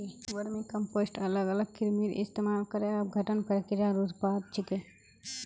vermicompost अलग अलग कृमिर इस्तमाल करे अपघटन प्रक्रियार उत्पाद छिके